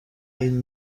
این